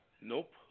Nope